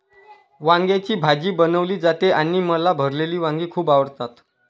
वांग्याची भाजी बनवली जाते आणि मला भरलेली वांगी खूप आवडतात